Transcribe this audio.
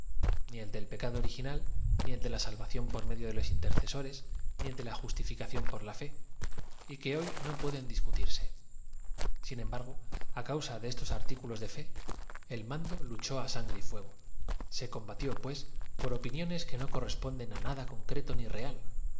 ni el del pecado original ni el de la salvación por medio de los intercesores ni ol de la justíñcación por la fe y que hoy no pueden discutir se y sin embargo á causa de esos artículos de fe el mando luchó á sangre y fuego se combatió pues por opiniones que no corresponden á nada concreto ni real